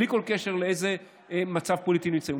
בלי כל קשר למצב הפוליטי שבו אנחנו נמצאים.